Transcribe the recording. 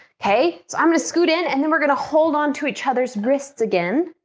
okay, so i'm going to scoot in and then we're gonna hold on to each other's wrists again